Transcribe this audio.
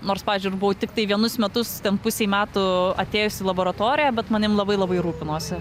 nors pavyzdžiui ir buvau tiktai vienus metus ten pusei metų atėjus į laboratoriją bet manim labai labai rūpinosi